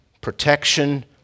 protection